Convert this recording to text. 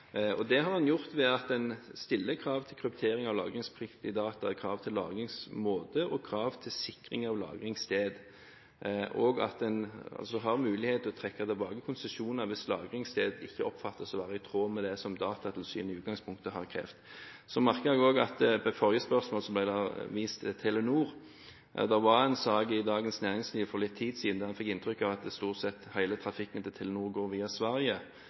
og utøve de lovene. Det har en gjort ved at en stiller krav til kryptering av lagringspliktige data, krav til lagringsmåte og krav til sikring av lagringssted, og at en altså har mulighet til å trekke tilbake konsesjoner hvis lagringssted ikke oppfattes å være i tråd med det som Datatilsynet i utgangspunktet har krevd. Så merket jeg meg også at det ved forrige spørsmål ble vist til Telenor. Det var en sak i Dagens Næringsliv for litt tid siden der en fikk et inntrykk av at stort sett hele trafikken til Telenor går via Sverige.